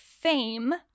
fame